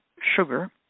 sugar